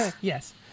yes